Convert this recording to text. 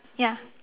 ya